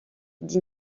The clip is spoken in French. dit